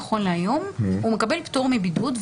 נכון להיום הוא מקבל פטור מבידוד,